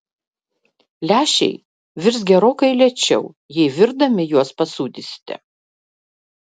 lęšiai virs gerokai lėčiau jei virdami juos pasūdysite